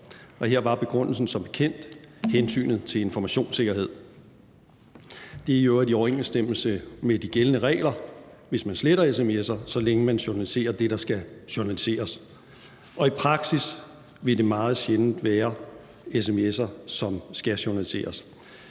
Her var begrundelsen som bekendt hensynet til informationssikkerhed. Det er i øvrigt i overensstemmelse med de gældende regler, hvis man sletter sms'er, så længe man journaliserer det, der skal journaliseres, og i praksis vil det meget sjældent være sms'er, som skal journaliseres.